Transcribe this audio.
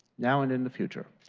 now and in the future,